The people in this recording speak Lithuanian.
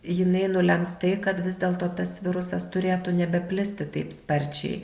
jinai nulems tai kad vis dėlto tas virusas turėtų nebeplisti taip sparčiai